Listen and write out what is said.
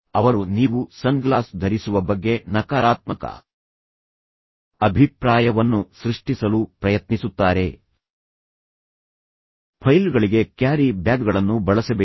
ಅವರು ನೀವು ಸನ್ಗ್ಲಾಸ್ ಧರಿಸುವ ಬಗ್ಗೆ ನಕಾರಾತ್ಮಕ ಅಭಿಪ್ರಾಯವನ್ನು ಸೃಷ್ಟಿಸಲು ಪ್ರಯತ್ನಿಸುತ್ತಾರೆ ಫೈಲ್ಗಳಿಗೆ ಕ್ಯಾರಿ ಬ್ಯಾಗ್ಗಳನ್ನು ಬಳಸಬೇಡಿ